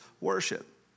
worship